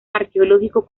arqueológico